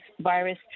virus